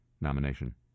nomination